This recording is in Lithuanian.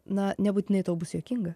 na nebūtinai tau bus juokinga